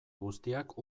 guztiak